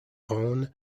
rhône